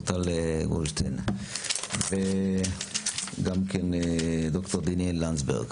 טל מורגנשטיין וגם כן ד"ר דניאל לנדסברגר,